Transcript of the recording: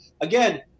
again –